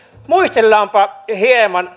muistellaanpa hieman